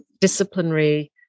disciplinary